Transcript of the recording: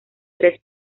tres